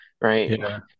right